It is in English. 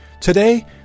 today